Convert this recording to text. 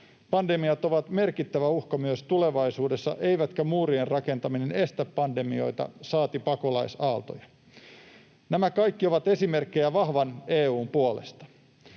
Pandemiat ovat merkittävä uhka myös tulevaisuudessa, eikä muurien rakentaminen estä pandemioita saati pakolaisaaltoja. Nämä kaikki ovat esimerkkejä vahvan EU:n puolesta.